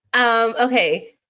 Okay